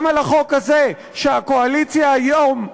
גם על החוק הזה שהקואליציה היום,